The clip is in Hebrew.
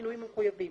בשינויים המחויבים.